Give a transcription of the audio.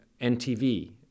NTV